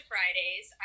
Fridays